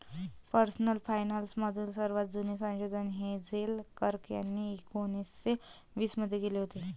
personal finance मधील सर्वात जुने संशोधन हेझेल कर्क यांनी एकोन्निस्से वीस मध्ये केले होते